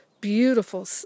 beautiful